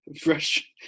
fresh